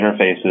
interfaces